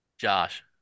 Josh